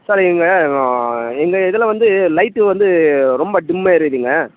sir இங்கே எங்கள் இதில் வந்து லைட்டு வந்து ரொம்ப டிம்மாக எரியுதுங்க